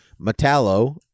Metallo